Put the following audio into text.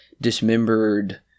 dismembered